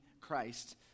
Christ